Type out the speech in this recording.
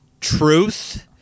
truth